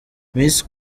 miss